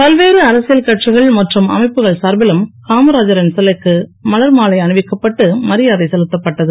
பல்வேறு அரசியல் கட்சிகள் மற்றும் அமைப்புகள் சார்பிலும் காமராஜரின் சிலைக்கு மலர் மாலை அணிவிக்கப்பட்டு மரியாதை செலுத்தப்பட்டது